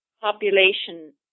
population